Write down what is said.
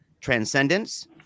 transcendence